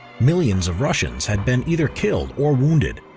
millions of russians had been either killed or wounded.